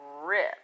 rip